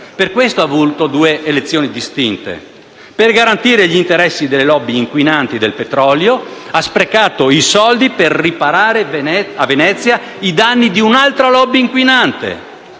per questo ha voluto due elezioni distinte. Per garantire gli interessi delle *lobby* inquinanti del petrolio ha sprecato i soldi per riparare a Venezia i danni di un'altra *lobby* inquinante.